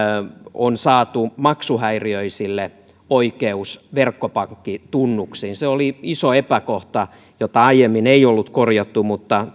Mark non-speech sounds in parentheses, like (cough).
on saatu maksuhäiriöisille oikeus verkkopankkitunnuksiin siinä oli iso epäkohta jota aiemmin ei ollut korjattu mutta (unintelligible)